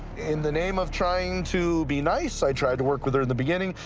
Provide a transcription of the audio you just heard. in the name of trying to be nice, i tried to work with her in the beginning,